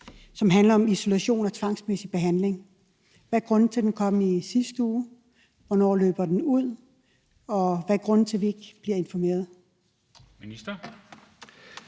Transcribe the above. som handler om isolation og tvangsmæssig behandling. Hvad er grunden til, at den kom i sidste uge? Hvornår løber den ud? Og hvad er grunden til, at vi ikke bliver informeret?